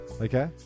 Okay